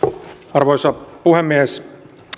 arvoisa puhemies